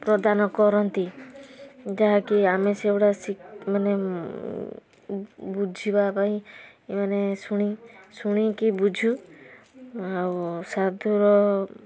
ପ୍ରଦାନ କରନ୍ତି ଯାହାକି ଆମେ ସେଉଗୁଡ଼ା ମାନେ ବୁଝିବା ପାଇଁ ମାନେ ଶୁଣି ଶୁଣିକି ବୁଝୁ ଆଉ ସାଧୁର